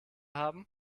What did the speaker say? haben